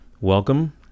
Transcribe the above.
Welcome